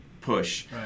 push